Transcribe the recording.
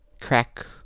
Crack